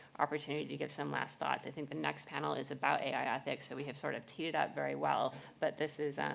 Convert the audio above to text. opportunity to give some last thoughts. i think the next panel is about ai ethics, so we have sort of teed it up very well, but this is,